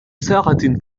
ساعة